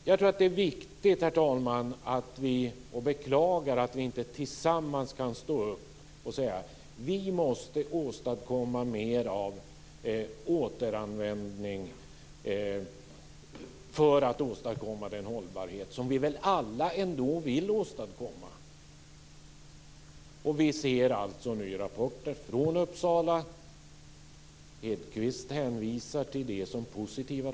Jag tror att det här är viktigt, herr talman, och jag beklagar att vi inte tillsammans kan stå upp och säga att vi måste åstadkomma mer av återanvändning för att få den hållbarhet som vi väl alla ändå vill ha. Och vi ser alltså nu rapporter från Uppsala. Hedquist hänvisar till dessa som positiva.